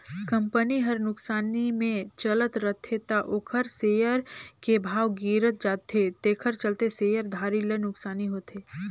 company हर नुकसानी मे चलत रथे त ओखर सेयर के भाव गिरत जाथे तेखर चलते शेयर धारी ल नुकसानी होथे